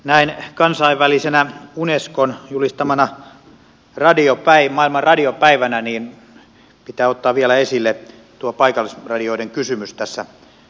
näin kansainvälisenä unescon julistamana maailman radiopäivänä pitää ottaa vielä esille tuo paikallisradioiden kysymys tässä lähetekeskustelussa